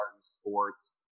sports